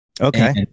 Okay